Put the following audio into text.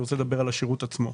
אני רוצה לדבר על השירות עצמו.